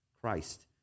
Christ